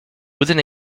within